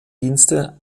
dienste